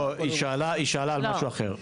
לא, היא שאלה על משהו אחר.